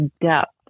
depth